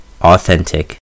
Authentic